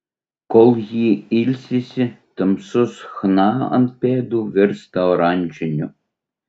kol ji ilsisi tamsus chna ant pėdų virsta oranžiniu